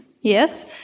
Yes